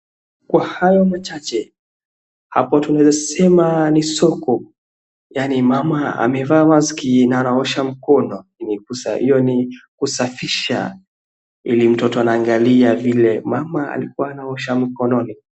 Kwa hayo machache hapo tunaeza sema ni soko yaani mama amevaa mask na anaosha mkono hio ni kusafisha ili mtoto anaangalia vile mama alikua anaosha mkononi.